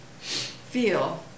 feel